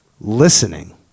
listening